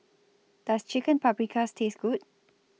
Does Chicken Paprikas Taste Good